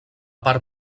part